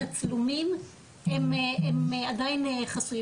ואז הם חייבים ללכת לוועדת שרים,